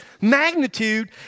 magnitude